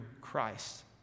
Christ